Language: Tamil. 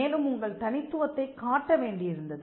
மேலும் உங்கள் தனித்துவத்தைக் காட்ட வேண்டியிருந்தது